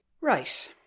Right